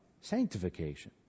sanctification